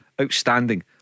Outstanding